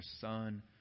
Son